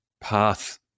path